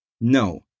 No